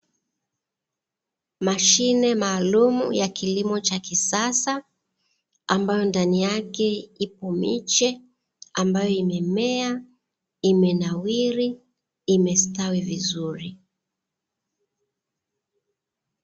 Mashine maalumu ya kilimo cha kisasa, ambayo ndani yake ipo miche ambayo imemea, imenawiri, imestawi vizuri.